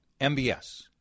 MBS